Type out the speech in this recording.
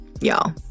y'all